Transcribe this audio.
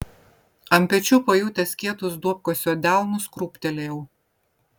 ant pečių pajutęs kietus duobkasio delnus krūptelėjau